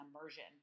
immersion